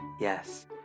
Yes